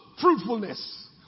fruitfulness